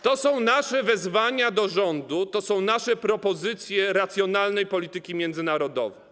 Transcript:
To są nasze wezwania do rządu, to są nasze propozycje racjonalnej polityki międzynarodowej.